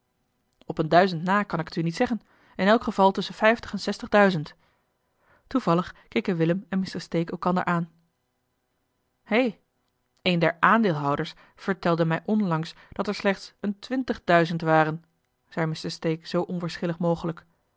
op een duizend na kan ik het u niet zeggen in elk geval tusschen vijftig en zestig duizend toevallig keken willem en mr stake elkander aan hé een der aandeelhouders vertelde mij onlangs dat er slechts een twintig duizend waren zei mr stake zoo onverschillig mogelijk